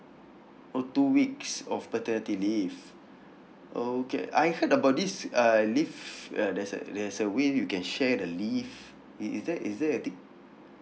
oh two weeks of paternity leave okay I heard about this uh leave uh there's a there's a way you can share the leave is is there is there a thing